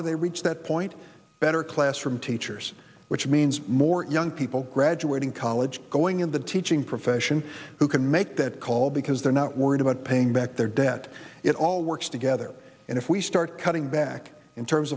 do they reach that point better classroom teachers which means more young people graduating college going in the teaching profession who can make that call because they're not worried about paying back their debt it all works together and if we start cutting back in terms